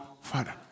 father